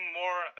more